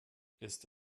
ist